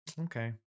okay